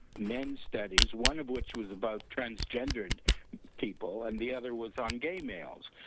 men studies, one of which was about transgendered people, and the other was on gay males,